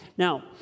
Now